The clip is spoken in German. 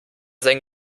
sein